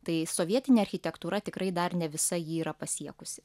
tai sovietinė architektūra tikrai dar ne visa jį yra pasiekusi